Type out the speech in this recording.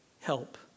help